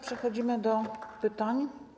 Przechodzimy do pytań.